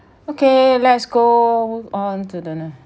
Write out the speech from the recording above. okay let's go on to the